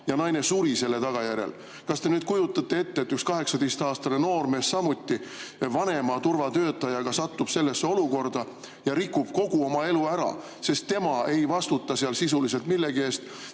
ja naine suri selle tagajärjel. Kas te kujutate ette, et üks 18-aastane noormees samuti, kes on koos vanema turvatöötajaga, satub sellisesse olukorda ja rikub kogu oma elu ära? Sest tema ei vastuta seal sisuliselt millegi eest,